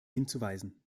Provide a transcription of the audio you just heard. hinzuweisen